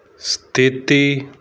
ਸਥਿਤੀ